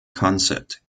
consett